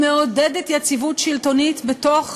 היא מעודדת יציבות שלטונית בתוך